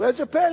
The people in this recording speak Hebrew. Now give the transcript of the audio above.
וראה זה פלא,